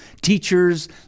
teachers